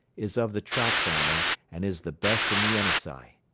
is of the trout family and is the best in the yenisei.